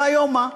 והיום, מה?